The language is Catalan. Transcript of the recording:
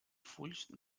fulls